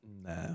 Nah